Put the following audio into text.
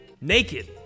naked